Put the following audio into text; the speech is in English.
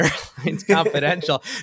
Confidential